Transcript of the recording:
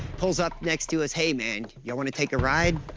pulls up next to us, hey, man, y'all want to take a ride?